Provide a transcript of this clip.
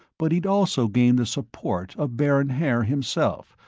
but he'd also gained the support of baron haer himself,